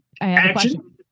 Action